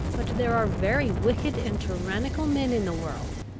but there are very wicked and tyrannical men in the world.